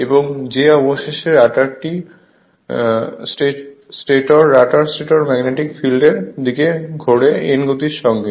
এবং যে অবশেষে রটার স্টেটর ম্যাগনেটিক ফিল্ড এর দিকে ঘোরে n গতির সঙ্গে